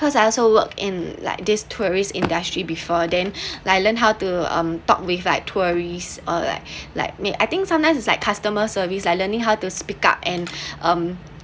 cause I also work in like this tourist industry before then I learned how to um talk with like tourists or like like made I think sometimes is like customer service like learning how to speak up and um